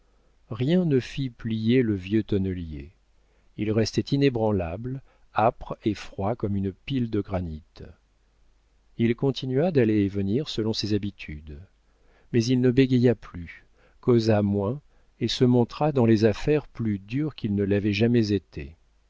rien ne fit plier le vieux tonnelier il restait inébranlable âpre et froid comme une pile de granit il continua d'aller et venir selon ses habitudes mais il ne bégaya plus causa moins et se montra dans les affaires plus dur qu'il ne l'avait jamais été